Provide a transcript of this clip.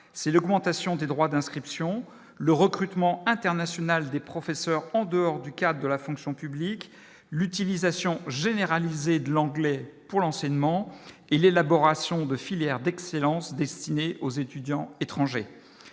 c'est l'augmentation des droits d'inscription, le recrutement international des professeurs en dehors du cas de la fonction publique, l'utilisation généralisée de l'anglais pour l'enseignement et l'élaboration de filières d'excellence destinés aux étudiants étrangers,